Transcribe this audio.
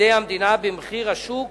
מידי המדינה במחיר השוק